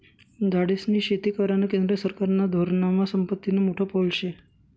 झाडेस्नी शेती करानं केंद्र सरकारना धोरनमा संपत्तीनं मोठं पाऊल शे